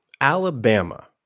Alabama